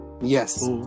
Yes